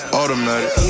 automatic